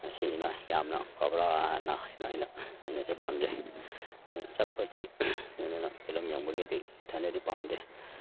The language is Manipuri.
ꯃꯁꯤꯁꯤꯅ ꯌꯥꯝꯅ ꯐꯕ꯭ꯔꯅ ꯑꯩꯅ ꯑꯩꯅꯗꯤ ꯄꯥꯝꯖꯩ ꯑꯗꯨꯅ ꯆꯠꯄꯁꯤ ꯑꯗꯨꯅ ꯐꯤꯂꯝ ꯌꯦꯡꯕꯒꯤꯗꯤ ꯏꯊꯟꯗꯗꯤ ꯄꯥꯝꯗꯦ